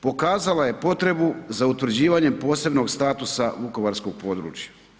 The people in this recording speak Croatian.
pokazala je potrebu za utvrđivanjem posebnog statusa vukovarskog područja.